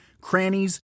crannies